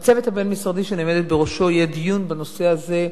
בצוות הבין-משרדי שאני עומדת בראשו יהיה דיון בנושא הזה,